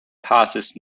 passes